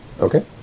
Okay